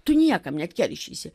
tu niekam nekeršysi